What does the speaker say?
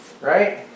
right